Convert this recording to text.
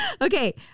Okay